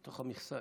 מתוך המכסה,